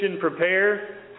prepare